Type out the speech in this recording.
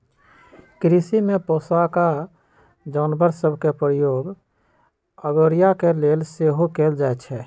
कृषि में पोशौआका जानवर सभ के प्रयोग अगोरिया के लेल सेहो कएल जाइ छइ